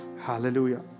hallelujah